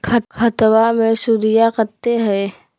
खतबा मे सुदीया कते हय?